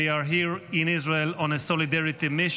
They are here in Israel on a solidarity mission,